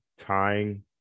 tying